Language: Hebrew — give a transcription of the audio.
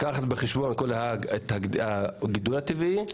לקחת בחשבון את הגידול הטבעי,